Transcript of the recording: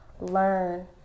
learn